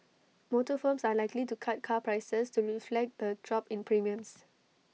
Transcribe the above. motor firms are likely to cut car prices to reflect the drop in premiums